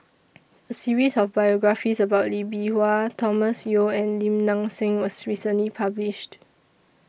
A series of biographies about Lee Bee Wah Thomas Yeo and Lim Nang Seng was recently published